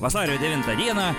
vasario devintą dieną